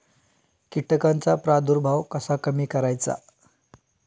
कीटकांचा प्रादुर्भाव कसा कमी करायचा?